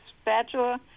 spatula